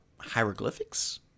hieroglyphics